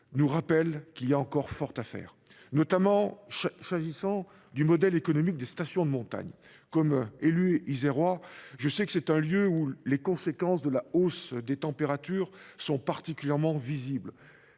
nous rappelle qu’il y a encore fort à faire. C’est notamment le cas pour ce qui est du modèle économique des stations de montagne. Élu isérois, je sais que ce sont des lieux où les conséquences de la hausse des températures sont particulièrement visibles